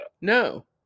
No